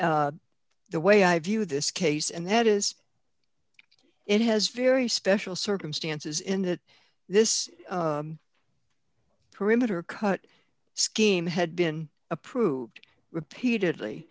s the way i view this case and that is it has very special circumstances in that this perimeter cut scheme had been approved repeatedly